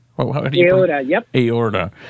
Aorta